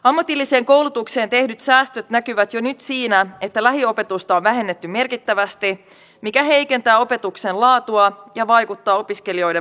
ammatilliseen koulutukseen tehdyt säästöt näkyvät jo nyt siinä että lähiopetusta on vähennetty merkittävästi mikä heikentää opetuksen laatua ja vaikuttaa opiskelijoiden motivaatioon